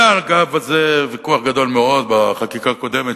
היה על זה ויכוח גדול מאוד בחקיקה הקודמת,